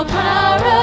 power